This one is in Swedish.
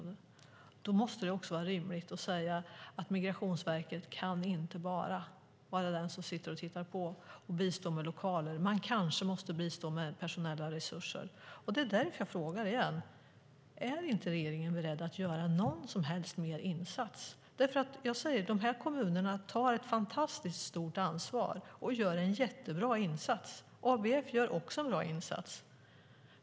Då måste det vara rimligt att Migrationsverket inte bara kan vara den som sitter och tittar på och bistå med lokaler. Man kanske måste bistå med personella resurser. Det är därför jag frågar igen: Är inte regeringen beredd att göra någon som helst mer insats? De här kommunerna tar ett fantastiskt stort ansvar och gör en jättebra insats. ABF gör också en bra insats.